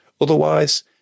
Otherwise